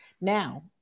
Now